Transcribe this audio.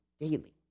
daily